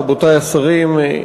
רבותי השרים,